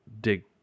dig